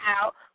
out